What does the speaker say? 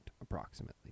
approximately